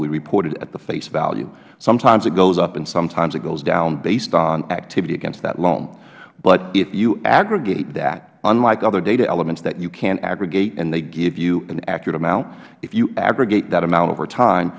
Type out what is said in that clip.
we report it at the face value sometimes it goes up and sometimes it goes down based on activity against that loan but if you aggregate that unlike other data elements that you can aggregate and they give you an accurate amount if you aggregate that amount over time